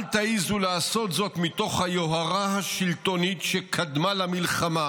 אל תעזו לעשות זאת מתוך היוהרה השלטונית שקדמה למלחמה,